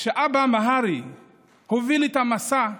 כשאבא מהרי הוביל את המסע,